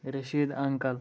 Rashid uncle